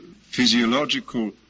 physiological